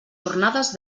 jornades